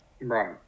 Right